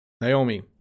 Naomi